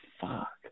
fuck